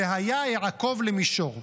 והיה העקוב למישור.